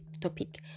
topic